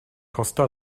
costa